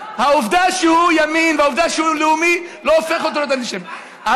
העובדה שהוא ימין והעובדה שהוא לאומי לא הופכת אותו להיות אנטישמי.